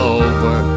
over